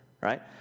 right